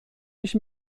ich